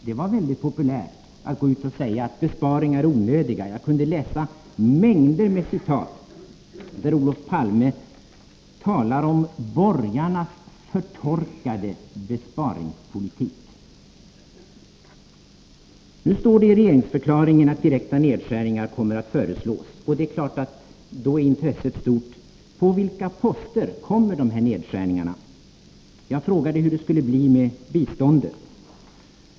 Det var väldigt populärt att gå ut och säga att besparingar är onödiga. Jag kunde läsa mängder med citat där Olof Palme talar om borgarnas förtorkade besparingspolitik. Nu står det i regeringsförklaringen att direkta nedskärningar kommer att föreslås. Och det är klart att intresset då är stort när det gäller vilka poster de här nedskärningarna kommer att beröra. Jag frågade hur det skulle bli med biståndet.